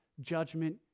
judgment